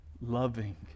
loving